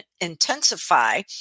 intensify